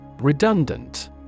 Redundant